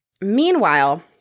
Meanwhile